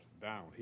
down